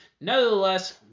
nevertheless